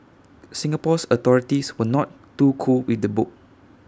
Singapore's authorities were not too cool with the book